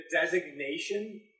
designation